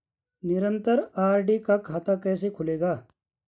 निरन्तर आर.डी का खाता कैसे खुलेगा?